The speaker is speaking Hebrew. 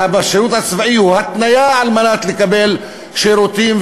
השירות הצבאי הוא התניה על מנת לקבל שירותים,